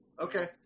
Okay